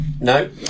no